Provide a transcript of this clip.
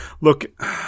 Look